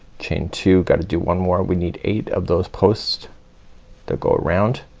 chain two, gotta do one more. we need eight of those posts that go around.